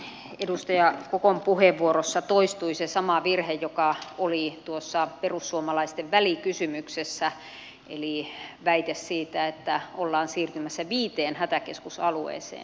tässä edustaja kokon puheenvuorossa toistui se sama virhe joka oli tuossa perussuomalaisten välikysymyksessä eli väite siitä että ollaan siirtymässä viiteen hätäkeskusalueeseen